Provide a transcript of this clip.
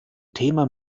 thema